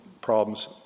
problems